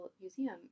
Museum